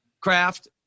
craft